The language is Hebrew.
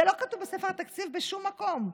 זה לא כתוב בספר התקציב בשום מקום,